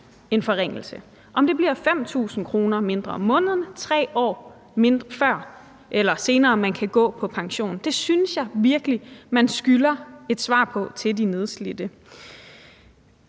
en forringelse, om det bliver med 5.000 kr. mindre om måneden og 3 år senere, man kan gå på pension. Det synes jeg virkelig man skylder de nedslidte